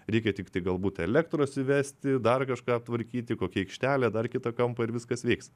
reikia tiktai galbūt elektros įvesti dar kažką aptvarkyti kokią aikštelę dar kitą kampą ir viskas veiks